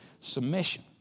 Submission